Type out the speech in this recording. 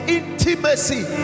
intimacy